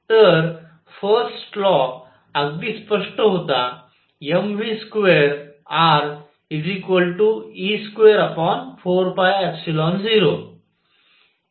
तर first law अगदी स्पष्ट होता mv2r e24π0